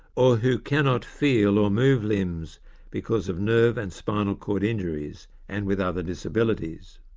or who cannot feel or move limbs because of nerve and spinal cord injuries, and with other disabilities.